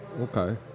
Okay